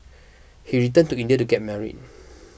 he returned to India to get married